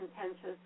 contentious